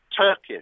Turkish